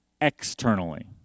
externally